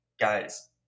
guys